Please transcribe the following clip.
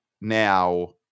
now